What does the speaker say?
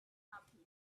happy